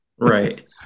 Right